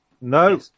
No